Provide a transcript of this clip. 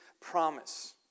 promise